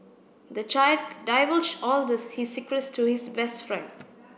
the child divulged all the his secrets to his best friend